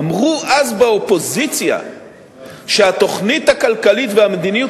אמרו אז באופוזיציה שהתוכנית הכלכלית והמדיניות